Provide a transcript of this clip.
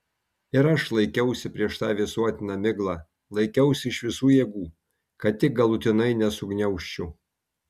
ir aš laikiausi prieš tą visuotiną miglą laikiausi iš visų jėgų kad tik galutinai nesugniaužčiau